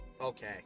okay